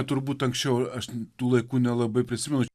turbūt anksčiau aš tų laikų nelabai prisimenu